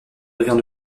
devient